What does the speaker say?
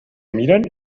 miren